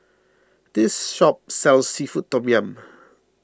this shop sells Seafood Tom Yum